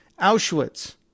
Auschwitz